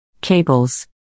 Cables